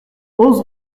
onze